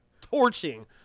torching